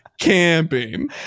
camping